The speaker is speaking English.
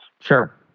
Sure